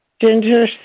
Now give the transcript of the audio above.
Ginger